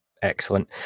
Excellent